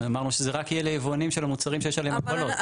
אמרנו שזה רק יהיה ליבואנים של המוצרים שיש עליהם הגבלות.